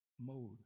mode